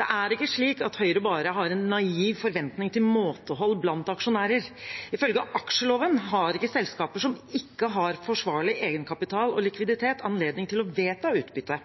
Det er ikke slik at Høyre bare har en naiv forventning til måtehold blant aksjonærer. Ifølge aksjeloven har ikke selskaper som ikke har forsvarlig egenkapital og likviditet, anledning til å vedta utbytte.